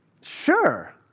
Sure